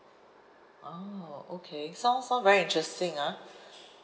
oh okay sound sound very interesting ah